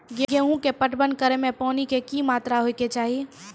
गेहूँ के पटवन करै मे पानी के कि मात्रा होय केचाही?